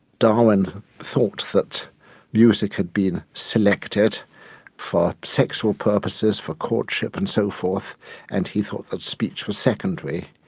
darwin thought that music had been selected for sexual purposes, for courtship and so forth and he thought that speech was secondary.